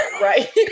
right